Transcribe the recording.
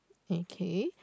okay